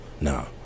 no